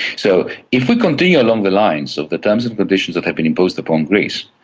so if we continue along the lines of the terms and conditions that have been imposed upon greece,